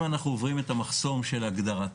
אם אנחנו עוברים את המחסום של הגדרתם,